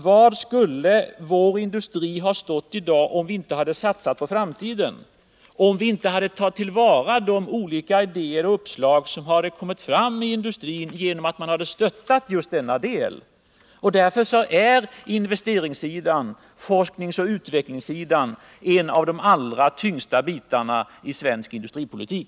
Var skulle vår industri ha stått i dag om vi inte hade satsat på framtiden, om vi inte hade tagit till vara de olika idéer och uppslag som kommit fram i industrin genom att stötta utvecklingsverksamheten? Investeringssidan och forskningsoch utvecklingssidan är några av de allra tyngsta bitarna i svensk industripolitik.